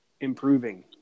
improving